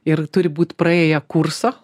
ir turi būt praėję kursą